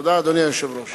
תודה, אדוני היושב-ראש.